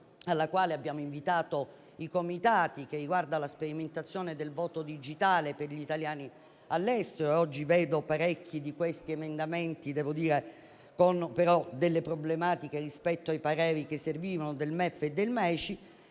alla quale abbiamo invitato i comitati. Si tratta della sperimentazione del voto digitale per gli italiani all'estero e oggi vedo parecchi di questi emendamenti con delle problematiche rispetto ai pareri che servivano del MEF e del MAECI.